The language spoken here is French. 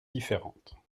différentes